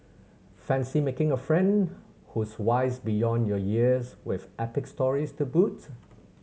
fancy making a friend who's wise beyond your years with epic stories to boot